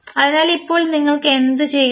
അതിനാൽ ഇപ്പോൾ നിങ്ങൾ എന്തു ചെയ്യും